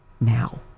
now